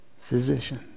physician